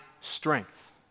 strength